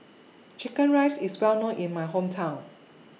Chicken Rice IS Well known in My Hometown